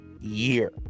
year